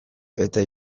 eta